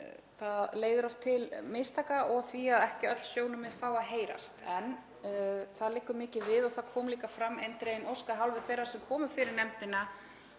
það leiðir oft til mistaka og þá fá ekki öll sjónarmið að heyrast. En það liggur mikið við og það kom líka fram eindregin ósk af hálfu þeirra sem komu fyrir nefndina